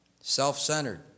self-centered